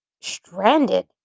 stranded